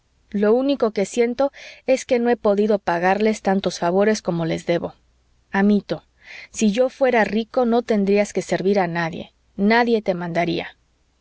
lo único que siento es que no he podido pagarles tantos favores como les debo amito si yo fuera rico no tendrías que servir a nadie nadie te mandaría